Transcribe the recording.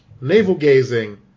navel-gazing